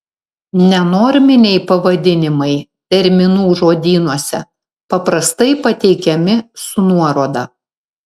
nenorminiai pavadinimai terminų žodynuose paprastai pateikiami su nuoroda